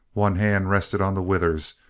one hand rested on the withers,